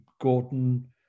Gordon